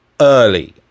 early